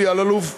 אלי אלאלוף,